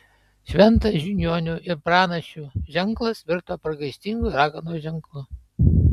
šventas žiniuonių ir pranašių ženklas virto pragaištingu raganos ženklu